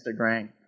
Instagram